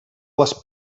les